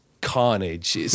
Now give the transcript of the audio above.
carnage